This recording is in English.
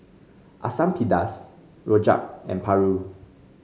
Asam Pedas rojak and paru